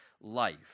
life